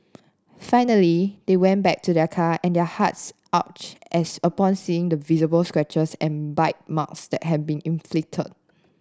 finally they went back to their car and their hearts as upon seeing the visible scratches and bite marks that had been inflicted